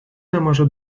nemaža